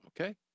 Okay